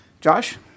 Josh